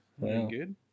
Good